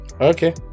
okay